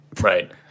Right